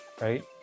right